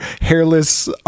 hairless